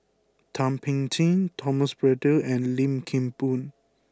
Thum Ping Tjin Thomas Braddell and Lim Kim Boon